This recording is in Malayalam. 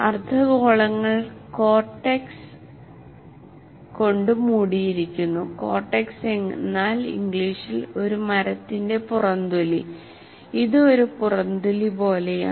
അർദ്ധഗോളങ്ങൾ കോർട്ടെക്സ് ഇംഗ്ലീഷ് വിവർത്തനം ഒരു മരത്തിന്റെ പുറംതൊലി കൊണ്ട് മൂടിയിരിക്കുന്നു ഇത് ഒരു പുറംതൊലി പോലെയാണ്